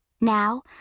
Now